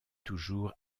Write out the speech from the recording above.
toujours